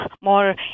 more